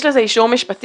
יש לך את האישור המשפטי?